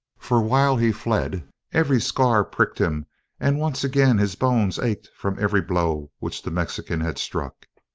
for while he fled every scar pricked him and once again his bones ached from every blow which the mexican had struck.